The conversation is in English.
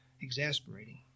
exasperating